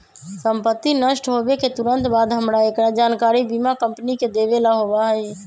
संपत्ति नष्ट होवे के तुरंत बाद हमरा एकरा जानकारी बीमा कंपनी के देवे ला होबा हई